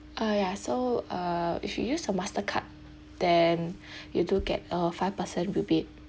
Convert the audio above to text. ah ya so uh if you use a mastercard then you do get a five percent rebate